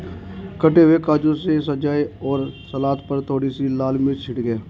कटे हुए काजू से सजाएं और सलाद पर थोड़ी सी लाल मिर्च छिड़कें